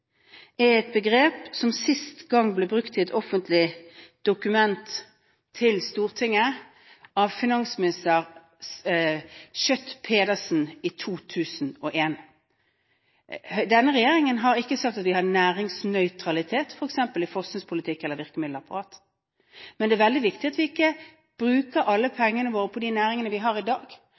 er et begrep som sist gang ble brukt i et offentlig dokument til Stortinget av tidligere finansminister Schjøtt-Pedersen i 2001. Denne regjeringen har ikke sagt at vi har næringsnøytralitet f.eks. i forskningspolitikk eller virkemiddelapparat. Men det er veldig viktig at vi ikke bruker alle pengene våre på de næringene vi har i dag,